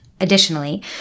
additionally